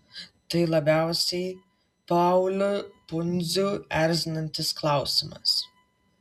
tai labiausiai paulių pundzių erzinantis klausimas